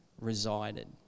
resided